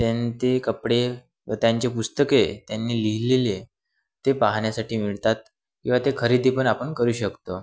त्यां ते कपडे व त्यांचे पुस्तके त्यांनी लिहिलेले ते पाहण्यासाठी मिळतात किंवा ते खरेदी पण आपण करू शकतो